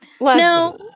No